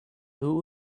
who